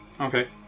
Okay